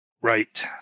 Right